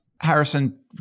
Harrison